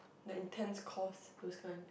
the intense course those kind